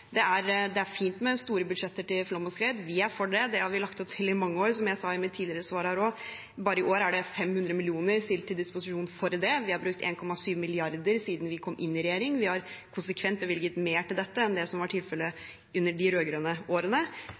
Det er fint med store budsjetter til flom og skred. Vi er for det, og det har vi lagt opp til i mange år, som jeg også sa i mitt tidligere svar her. Bare i år er det stilt 500 mill. kr til disposisjon for det. Vi har brukt 1,7 mrd. kr siden vi kom inn i regjering, og vi har konsekvent bevilget mer til dette enn det som var tilfellet i de rød-grønne årene.